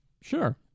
sure